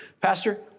Pastor